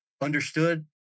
understood